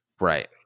right